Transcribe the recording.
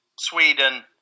Sweden